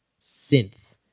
Synth